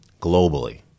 Globally